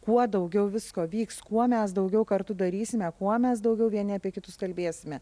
kuo daugiau visko vyks kuo mes daugiau kartų darysime kuo mes daugiau vieni apie kitus kalbėsime